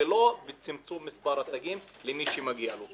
ולא בצמצום מספר התגים למי שמגיע לו.